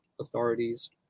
authorities